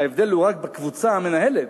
וההבדל הוא רק בקבוצה המנהלת,